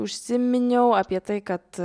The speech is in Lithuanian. užsiminiau apie tai kad